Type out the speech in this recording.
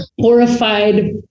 horrified